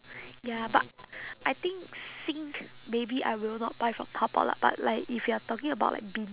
ya but I think sink maybe I will not buy from taobao lah but like if you are talking about like bean